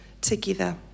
together